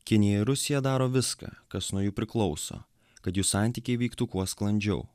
kinija ir rusija daro viską kas nuo jų priklauso kad jų santykiai vyktų kuo sklandžiau